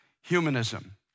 humanism